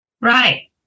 Right